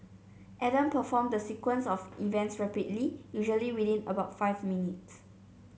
Adam performed the sequence of events rapidly usually within about five minutes